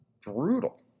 brutal